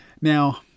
Now